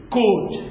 good